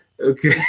Okay